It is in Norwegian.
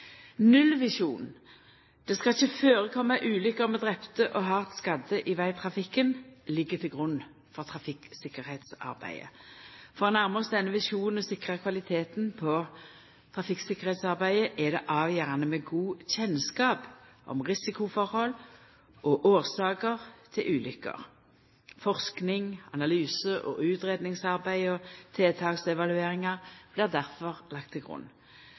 Nullvisjonen: Det skal ikkje førekoma ulukker med drepne og hardt skadde i vegtrafikken. Dette ligg til grunn for trafikktryggleiksarbeidet. For å nærma oss denne visjonen og sikra kvaliteten på tryggleiksarbeidet er det avgjerande med god kjennskap til risikoforhold og årsaker til ulukker. Forskings-, analyse- og utgreiingsarbeid og tiltaksevalueringar blir difor lagde til grunn.